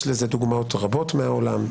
יש לזה דוגמאות רבות מהעולם.